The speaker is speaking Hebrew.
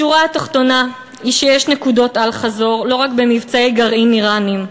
השורה התחתונה היא שיש נקודות אל-חזור לא רק במבצעי גרעין איראניים,